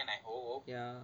ya